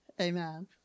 Amen